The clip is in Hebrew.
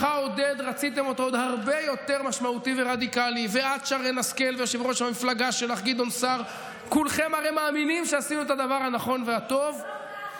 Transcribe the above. לעובדה שאתה חבר במפלגה שהיושב-ראש שלה מסרב לדבר בכל תוקף,